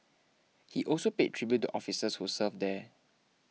he also paid tribute to officers who served there